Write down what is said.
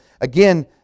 again